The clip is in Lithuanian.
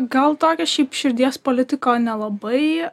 gal tokio šiaip širdies politiko nelabai